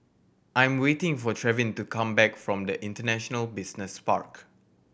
I'm waiting for Trevin to come back from the International Business Park